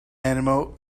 animal